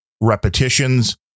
repetitions